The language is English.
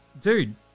dude